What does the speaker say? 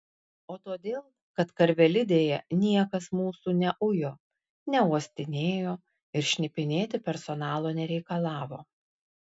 o todėl kad karvelidėje niekas mūsų neujo neuostinėjo ir šnipinėti personalo nereikalavo